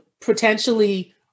potentially